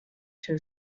too